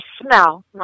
smell